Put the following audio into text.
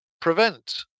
prevent